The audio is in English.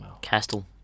Castle